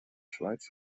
schweiz